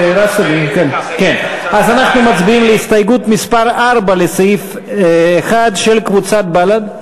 אנחנו מצביעים על הסתייגות מס' 4 לסעיף 1 של קבוצת בל"ד.